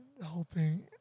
helping